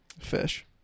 Fish